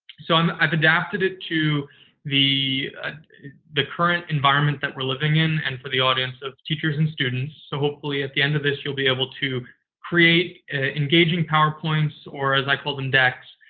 so, um i've adapted it to the the current environment that we're living in, and for the audience, that's teachers and students. so, hopefully at the end of this you'll be able to create engaging powerpoints, or as i call them decks,